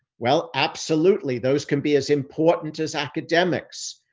well, absolutely those can be as important as academics,